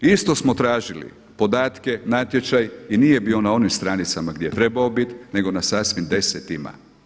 Isto smo tražili podatke, natječaj i nije bio na onim stranicama gdje je trebao biti nego na sasvim desetima.